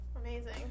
Amazing